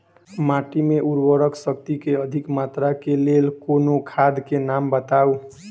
माटि मे उर्वरक शक्ति केँ अधिक मात्रा केँ लेल कोनो खाद केँ नाम बताऊ?